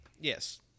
Yes